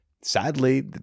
Sadly